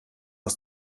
aus